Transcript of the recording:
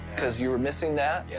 cause you were missing that,